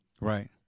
Right